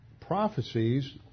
prophecies